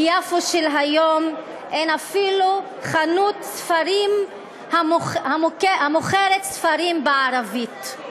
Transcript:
ביפו של היום אין אפילו חנות ספרים המוכרת ספרים בערבית.